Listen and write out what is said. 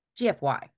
GFY